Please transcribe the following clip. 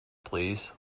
please